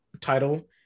title